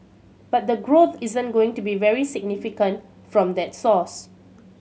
but the growth isn't going to be very significant from that source